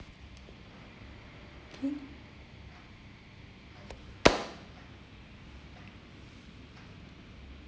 okay